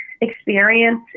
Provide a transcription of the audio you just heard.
experience